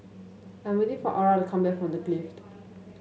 I'm waiting for Arah to come back from The Clift